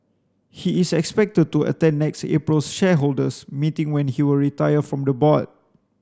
he is expected to attend next April's shareholders meeting when he will retire from the board